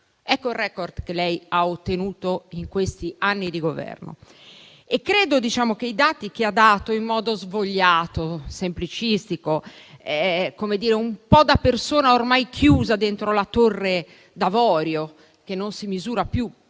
Ecco il *record* che lei ha ottenuto in questi anni di Governo. Peraltro, i dati che ha dato in modo svogliato e semplicistico, come fosse una persona ormai chiusa dentro la torre d'avorio, che non si misura più